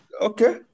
Okay